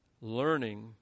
Learning